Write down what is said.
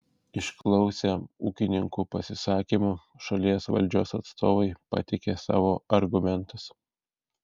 išklausę ūkininkų pasisakymų šalies valdžios atstovai pateikė savo argumentus